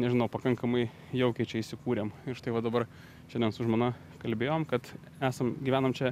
nežinau pakankamai jaukiai čia įsikūrėm ir štai va dabar šiandien su žmona kalbėjom kad esam gyvenam čia